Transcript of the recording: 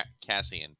cassian